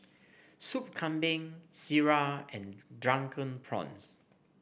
Soup Kambing Sireh and Drunken Prawns